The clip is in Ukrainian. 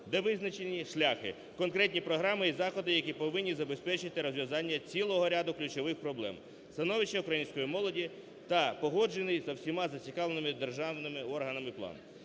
де визначені шляхи, конкретні програми і заходи, які повинні забезпечити розв'язання цілого ряду ключових проблем – становище української молоді та погоджений зі всіма зацікавленими державними органами план.